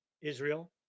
Israel